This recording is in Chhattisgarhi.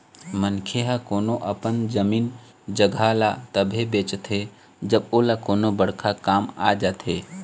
मनखे ह कोनो अपन जमीन जघा ल तभे बेचथे जब ओला कोनो बड़का काम आ जाथे